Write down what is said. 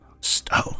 Stone